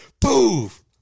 poof